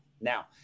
Now